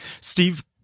Steve